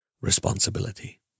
responsibility